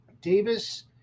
Davis